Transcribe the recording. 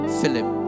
Philip